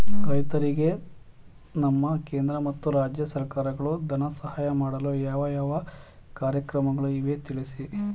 ರೈತರಿಗೆ ನಮ್ಮ ಕೇಂದ್ರ ಮತ್ತು ರಾಜ್ಯ ಸರ್ಕಾರಗಳು ಧನ ಸಹಾಯ ಮಾಡಲು ಯಾವ ಯಾವ ಕಾರ್ಯಕ್ರಮಗಳು ಇವೆ ತಿಳಿಸಿ?